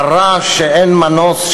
הרע שאין מנוס,